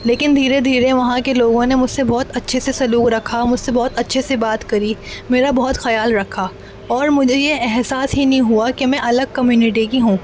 لیکن دھیرے دھیرے وہاں کے لوگوں نے مجھ سے بہت اچھے سے سلوک رکھا مجھ سے بہت اچھے سے بات کری میرا بہت خیال رکھا اور مجھے یہ احساس ہی نہیں ہوا کہ میں الگ کمیونٹی کی ہوں